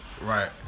Right